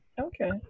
Okay